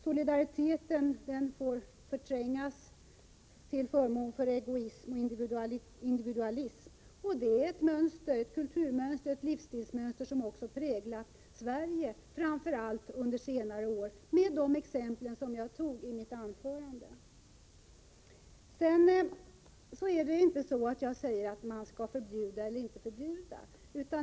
Solidariteten får stå tillbaka för egoism och individualism. Det är ett kulturoch livsstilsmönster som också präglat Sverige, framför allt under senare år, vilket jag har gett exempel på i mitt huvudanförande. Jag talar inte om att förbjuda eller inte förbjuda.